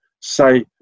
say